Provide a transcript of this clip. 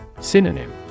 Synonym